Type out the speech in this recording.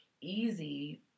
easy